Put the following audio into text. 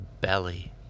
belly